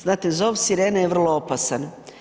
Znate, zov sirene je vrlo opasan.